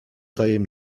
tajem